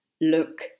look